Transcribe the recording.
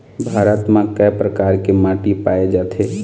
भारत म कय प्रकार के माटी पाए जाथे?